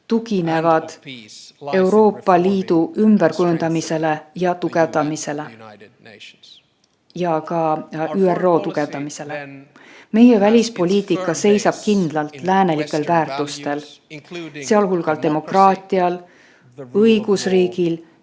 tuginevad Euroopa Liidu ümberkujundamisele ja tugevdamisele, aga ka ÜRO tugevdamisele. Meie välispoliitika seisab kindlalt läänelikel väärtustel, sealhulgas demokraatial, õigusriigil